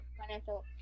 financial